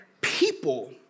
people